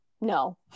no